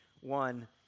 one